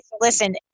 listen